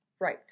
Right